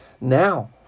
Now